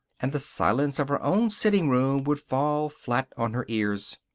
and the silence of her own sitting room would fall flat on her ears.